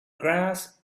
grass